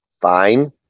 fine